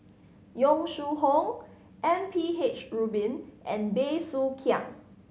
Yong Shu Hoong M P H Rubin and Bey Soo Khiang